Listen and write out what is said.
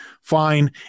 Fine